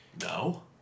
No